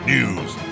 News